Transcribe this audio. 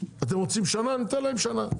אתם רוצים שנה ניתן להם שנה,